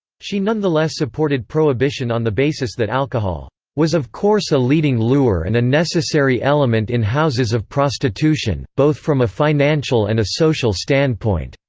she nonetheless supported prohibition on the basis that alcohol was of course a leading lure and a necessary element in houses of prostitution, both from a financial and a social standpoint.